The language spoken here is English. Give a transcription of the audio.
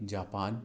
Japan